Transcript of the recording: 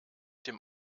dem